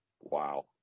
Wow